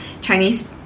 Chinese